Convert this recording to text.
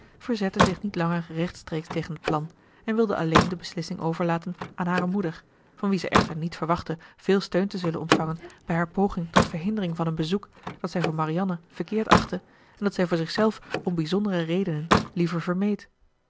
verzette zich niet langer rechtstreeks tegen het plan en wilde alleen de beslissing overlaten aan hare moeder van wie zij echter niet verwachtte veel steun te zullen ontvangen bij haar poging tot verhindering van een bezoek dat zij voor marianne verkeerd achtte en dat zij voor zichzelf om bijzondere redenen liever vermeed